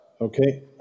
Okay